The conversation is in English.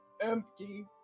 empty